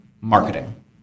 marketing